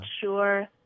sure